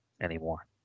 anymore